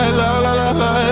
la-la-la-la